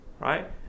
right